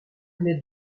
ned